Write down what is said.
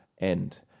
End